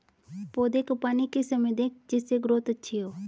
पौधे को पानी किस समय दें जिससे ग्रोथ अच्छी हो?